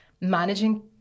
managing